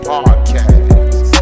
Podcast